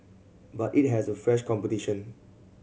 but it has a fresh competition